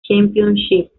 championship